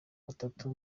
batatu